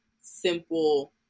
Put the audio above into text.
simple